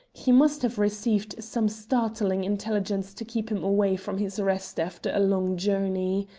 he must have received some startling intelligence to keep him away from his rest after a long journey.